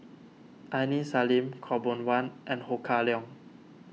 Aini Salim Khaw Boon Wan and Ho Kah Leong